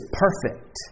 perfect